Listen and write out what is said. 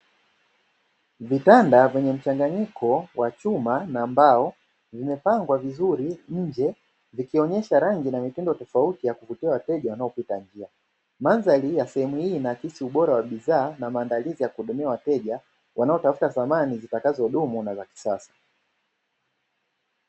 Vitanda vyenye mchanganyiko wa chuma na mbao vimepangwa vizuri nje vikionyesha rangi na mitindo tofauti ya kuvutia wateja wanaopita njia, mandhari ya sehemu hii inaakisi ubora wa bidhaa na maandalizi ya kuhudumia wateja wanaotafuta samani zitakazodumu na za kisasa.